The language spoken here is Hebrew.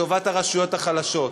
לטובת הרשויות החלשות,